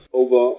over